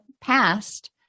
past